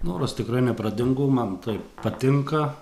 noras tikrai nepradingo man tai patinka